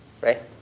Right